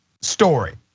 story